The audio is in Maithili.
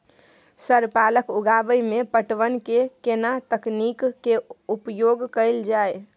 सर पालक उगाव में पटवन के केना तकनीक के उपयोग कैल जाए?